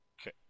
Okay